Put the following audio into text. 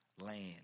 land